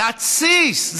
להתסיס.